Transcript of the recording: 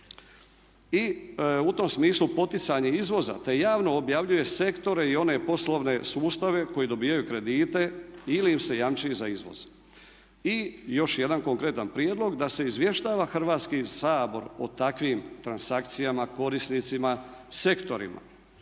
i u tom smislu poticanje izvoza, te javno objavljuje sektore i one poslovne sustave koji dobijaju kredite ili im se jamči za izvoz. I još jedan konkretan prijedlog da se izvještava Hrvatski sabor o takvim transakcijama, korisnicima, sektorima.